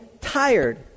tired